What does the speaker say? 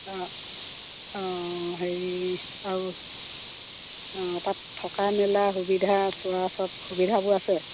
অঁ অঁ হেৰি আৰু অঁ তাত থকা মেলা সুবিধা চোৱা সব সুবিধাবোৰ আছে